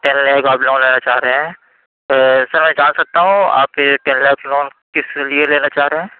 ten lakh آپ loan لینا چاہ رہے ہیں تو سر میں جان سکتا ہوں آپ یہ ٹین لیک لون کس لیے لینا چاہ رہے ہیں